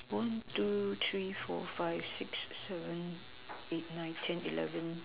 one two three four five six seven eight nine ten eleven